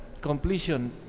completion